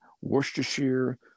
Worcestershire